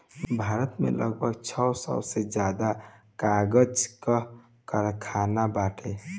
भारत में लगभग छह सौ से ज्यादा कागज कअ कारखाना बाटे